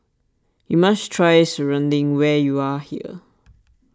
you must try Serunding where you are here